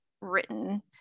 written